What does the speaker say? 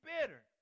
bitter